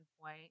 point